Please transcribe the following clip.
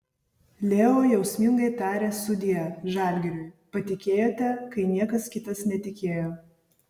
leo jausmingai tarė sudie žalgiriui patikėjote kai niekas kitas netikėjo